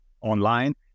online